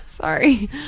Sorry